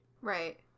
Right